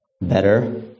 better